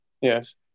Yes